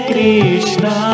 Krishna